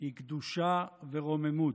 היא קדושה ורוממות.